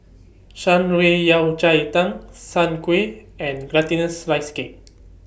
Shan Rui Yao Cai Tang Soon Kway and Glutinous Rice Cake